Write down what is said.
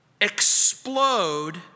explode